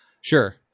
sure